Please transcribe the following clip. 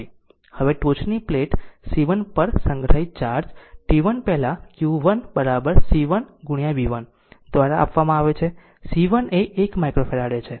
હવે ટોચની plate C 1 પર સંગ્રહિત ચાર્જ t 1 પહેલાં q 1 C1 v1 દ્વારા આપવામાં આવે છે જે C 1 એ 1 માઈક્રોફેરાડે છે